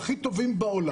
הכי טובים בעולם.